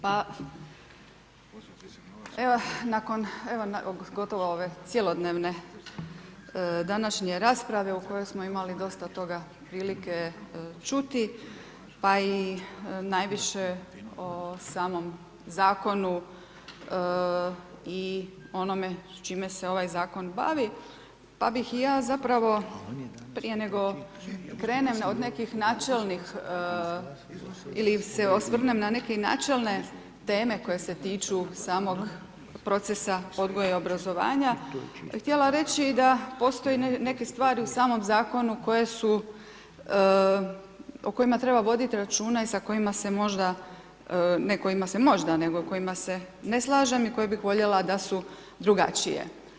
Pa evo nakon gotovo ove cjelodnevne današnje rasprave u kojoj smo imali dosta toga prilike čuti pa i najviše o samom zakonu i onome čime se ovaj zakon bavi pa bih ja zapravo prije nego krenem od nekih načelnih ili se osvrnem na neke načelne teme koje se tiču samog procesa odgoja i obrazovanja, htjela reći da postoje neke stvari u samom zakonu o kojima treba voditi računa i sa kojima se možda, ne kojima se možda nego kojima se ne slažem i koje bih voljela da su drugačije.